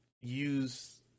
use